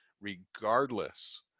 regardless